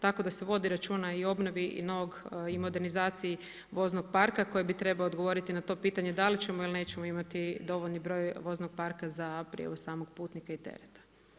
Tako da se vodi računa i o obnovi i modernizaciji voznog parka, koji bi trebao odgovoriti na to pitanje, da li ćemo ili nećemo imati dovoljan broj voznog parka za prijevoz samog putnika i tereta.